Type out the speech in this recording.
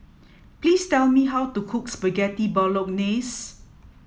please tell me how to cook Spaghetti Bolognese